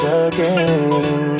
again